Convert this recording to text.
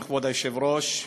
כבוד היושב-ראש,